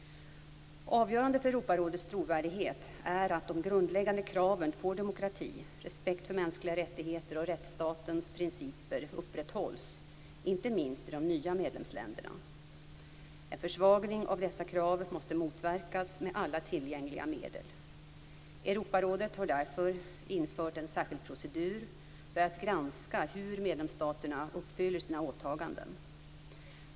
Avgörande för Europarådets trovärdighet är att de grundläggande kraven på demokrati, respekt för mänskliga rättigheter och rättsstatens principer upprätthålls, inte minst i de nya medlemsländerna. En försvagning av dessa krav måste motverkas med alla tillgängliga medel. Europarådet har därför infört en särskild procedur för att granska hur medlemsstaterna uppfyller sina åtaganden.